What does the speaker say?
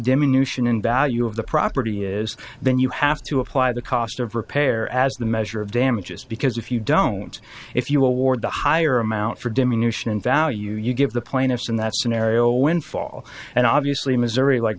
diminution in value of the property is then you have to apply the cost of repair as the measure of damages because if you don't if you award the higher amount for diminution in value you give the plaintiffs in that scenario a windfall and obviously missouri like